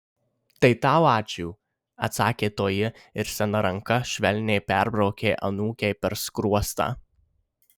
tai tau ačiū atsakė toji ir sena ranka švelniai perbraukė anūkei per skruostą